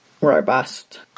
robust